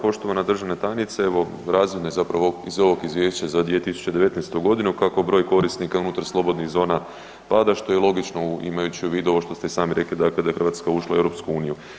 Poštovana državna tajnice, evo razvidno je zapravo iz ovog izvješća za 2019.-tu godinu kako broj korisnika unutar slobodnih zona pada što je logično imajuću u vidu ovo što ste i sami rekli da je Hrvatska ušla u EU.